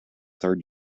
third